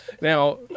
Now